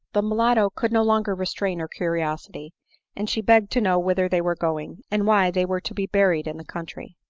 the mulatto could no longer restrain her cariosity and she begged to know whither they were going, and why they were to be buried in the country?